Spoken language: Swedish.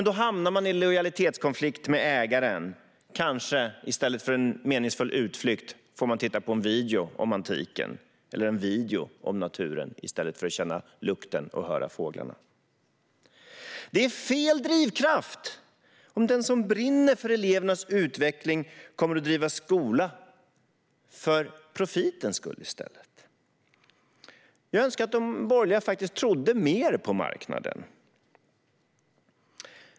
Då hamnar man i lojalitetskonflikt med ägaren, och i stället för att göra en meningsfull utflykt får man kanske titta på en video om antiken. I stället för att känna lukten och höra fåglarna får man kanske titta på en video om naturen. Det är fel drivkraft om den som brinner för elevernas utveckling i stället kommer att driva skola för profitens skull. Jag önskar att de borgerliga faktiskt trodde mer på marknaden.